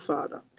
Father